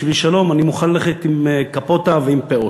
בשביל שלום, אני מוכן ללכת עם קפוטה ועם פאות.